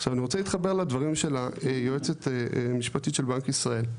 עכשיו אני רוצה להתחבר לדברים של היועצת המשפטית של בנק ישראל.